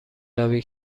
روی